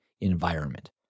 environment